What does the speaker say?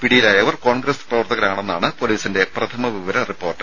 പിടിയിലായവർ കോൺഗ്രസ് പ്രവർത്തകരാണെന്നാണ് പൊലീസിന്റെ പ്രഥമ വിവര റിപ്പോർട്ട്